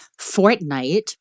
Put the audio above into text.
Fortnite